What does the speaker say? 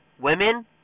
Women